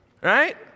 right